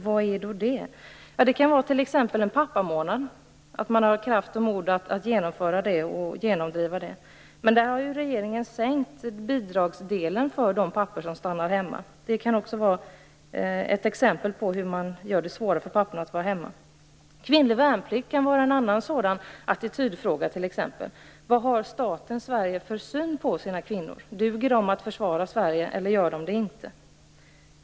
Ja, det kan gälla t.ex. att ha kraft och mod att genomföra en pappamånad. Nu har regeringen sänkt bidragsdelen för de pappor som stannar hemma. Det är ett exempel på hur man gör det svårare för pappor att vara hemma. Kvinnlig värnplikt kan vara en annan sådan attitydfråga. Vad har staten Sverige för syn på sina kvinnor? Duger de till att försvara Sverige eller inte?